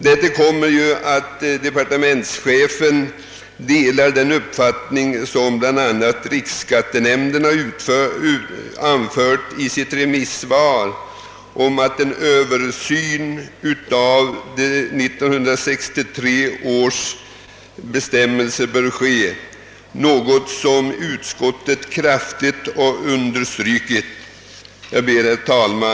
Härtill kommer att departementschefen delar den uppfattning som bla. riksskattenämnden gett uttryck för i sitt remissvar, nämligen att en Översyn av 1963 års bestämmelser bör äga rum, något som utskottet kraftigt understrukit. Herr talman!